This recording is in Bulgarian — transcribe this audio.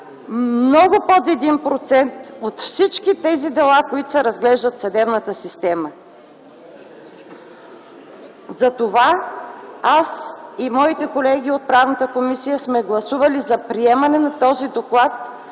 много под 1% от всички тези дела, които се разглеждат в съдебната система. Затова аз и моите колеги от Правната комисия сме гласували за приемане на този доклад.